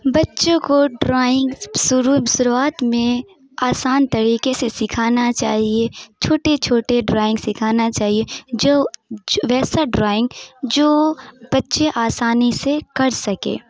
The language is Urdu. بچّوں کو ڈرائنگ شروع شروعات میں آسان طریقے سے سکھانا چاہیے چھوٹے چھوٹے ڈرائنگ سکھانا چاہیے جو ویسا ڈرائنگ جو بچّے آسانی سے کر سکے